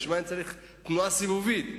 למה אני צריך תנועה סיבובית?